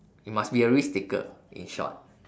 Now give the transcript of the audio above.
you must be a risk taker in short